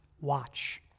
watch